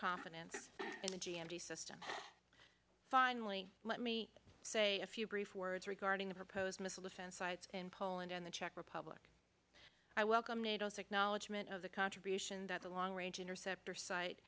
confidence in the g m t system finally let me say a few brief words regarding the proposed missile defense sites in poland and the czech republic i welcome nato sic knowledge meant of the contribution that the long range interceptor si